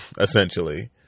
essentially